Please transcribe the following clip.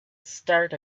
start